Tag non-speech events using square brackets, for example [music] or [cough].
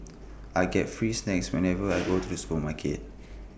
I get free snacks whenever [noise] I go to the supermarket